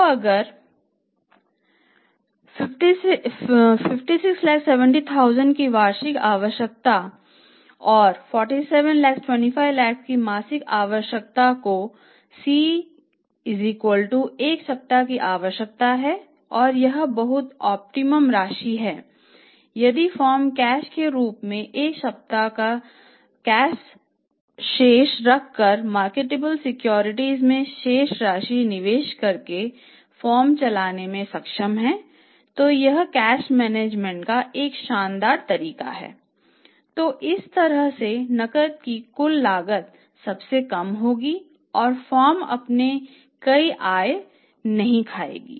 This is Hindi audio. तो अगर 567 लाख की वार्षिक आवश्यकता और 4725 लाख की मासिक आवश्यकता है तो C 1 सप्ताह की आवश्यकता है और यह बहुत ही ऑप्टिमम राशि सबसे कम होगी और फर्म अपनी कोई आय नहीं खोएगी